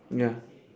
ya